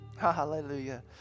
Hallelujah